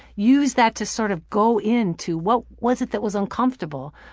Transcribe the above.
use that to sort of go in to what was it that was uncomfortable?